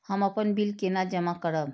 हम अपन बिल केना जमा करब?